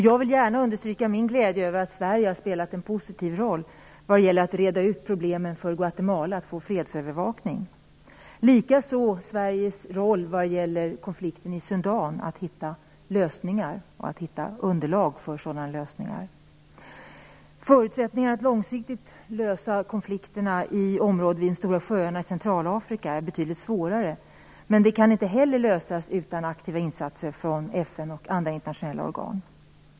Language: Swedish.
Jag vill gärna betona min glädje över att Sverige har spelat en positiv roll i förhandlingarna om fredsövervakare till Guatemala. Likaså förefaller Sverige att kunna bidra aktivt till att få fram underlag för en lösning av konflikten i Sudan. Förutsättningarna att långsiktigt kunna lösa konflikterna i området vid de stora sjöarna i Centralafrika är betydligt svårare, men inte heller dessa kan lösas utan aktiva insatser från FN och andra internationella organ.